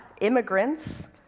immigrants